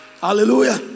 Hallelujah